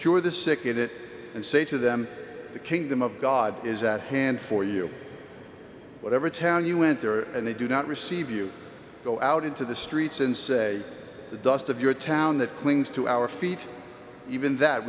cure the sick of it and say to them the kingdom of god is at hand for you whatever town you went there and they do not receive you go out into the streets and say the dust of your town that clings to our feet even that